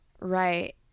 right